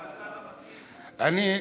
אני,